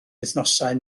wythnosau